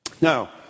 Now